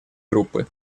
группы